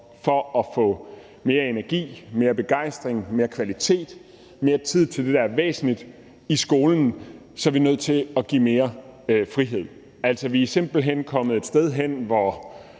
for at få mere energi, mere begejstring, mere kvalitet, mere tid til det, der er det væsentlige i skolen, er, at vi giver mere frihed. Vi er simpelt hen kommet et sted hen, hvor